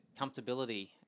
comfortability